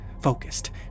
focused